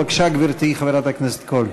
בבקשה, גברתי, חברת הכנסת קול.